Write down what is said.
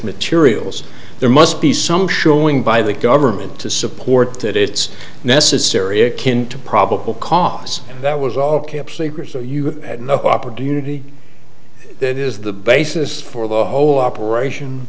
materials there must be some showing by the government to support that it's necessary akin to probable cause that was all camp secret so you had no opportunity that is the basis for the whole operation